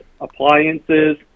appliances